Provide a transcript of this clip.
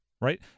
Right